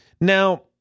Now